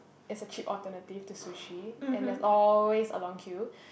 it's a cheap alternative to sushi and there's always a long queue